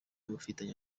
bafitanye